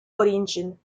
origin